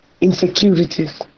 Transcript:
insecurities